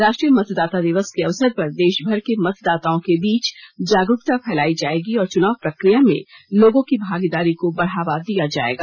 राष्ट्रीय मतदाता दिवस के अवसर पर देशभर के मतदाताओं के बीच जागरूकता फैलाई जायेगी और चुनाव प्रक्रिया में लोगों की भागीदारी को बढ़ावा दिया जायेगा